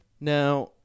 Now